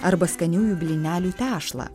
arba skaniųjų blynelių tešlą